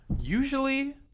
Usually